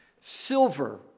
Silver